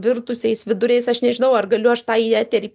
virtusiais viduriais aš nežinau ar galiu aš tą į eterį